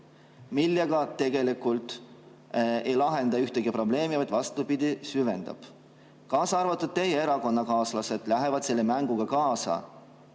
millega tegelikult ei lahenda ühtegi probleemi, vaid vastupidi, süvendab neid? Ka teie erakonnakaaslased lähevad selle mänguga kaasa.